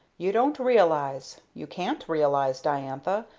you don't realize, you can't realize, diantha,